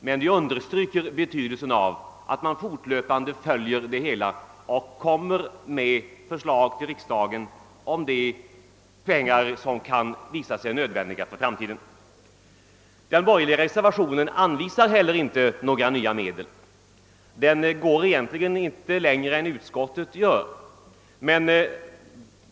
Men vi understryker betydelsen av att regeringen fortlöpande följer arbetet och hos riksdagen hemställer om de pengar som kan visa sig nödvändiga för framtiden. I den borgerliga reservationen hemställs inte heller om nya medel. Den går egentligen inte längre än utskottets hemställan.